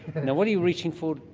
now, what are you reaching for?